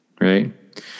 Right